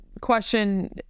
question